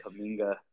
Kaminga